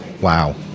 wow